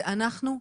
זה אנחנו.